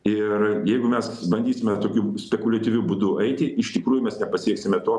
ir jeigu mes bandysime tokiu spekuliatyviu būdu eiti iš tikrųjų mes nepasieksime to